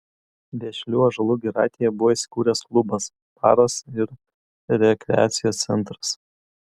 vešlių ąžuolų giraitėje buvo įsikūręs klubas baras ir rekreacijos centras